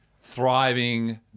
thriving